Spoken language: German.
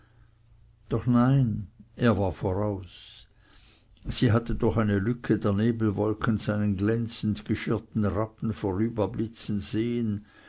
doch nein er war voraus sie hatte durch eine lücke der nebelwolken seinen glänzend geschirrten rappen vorüberblitzen sehn